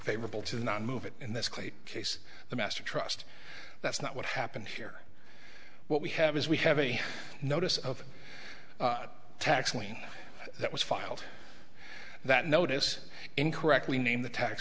favorable to not move it in this quite case the master trust that's not what happened here what we have is we have any notice of tax filing that was filed that notice incorrectly name the tax